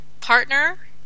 partner